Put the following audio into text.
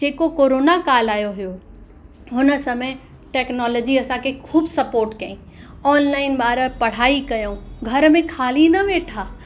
जेको कोरोना काल आहियो हुओ हुन समय टेक्नोलजी असांखे ख़ूबु सपोट कयईं ऑनलाइन ॿार पढ़ाई कयूं घर में ख़ाली न वेठा